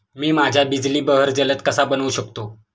मी माझ्या बिजली बहर जलद कसा बनवू शकतो?